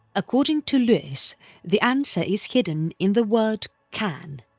according to lewis the answer is hidden in the word can.